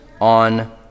on